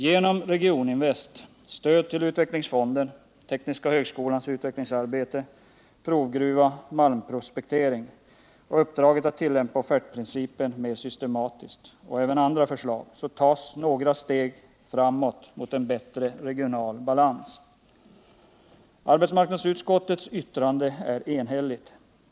Genom Regioninvest, stöd till utvecklingsfonden, tekniska högskolans utvecklingsarbete, provgruva, malmprospektering och uppdraget att tillämpa offertprincipen mer systematiskt samt andra förslag tas några steg framåt mot en bättre regional balans. Arbetsmarknadsutskottets yttrande är enhälligt.